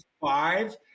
five